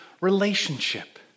relationship